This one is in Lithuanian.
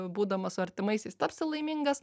būdamas su artimaisiais tapsi laimingas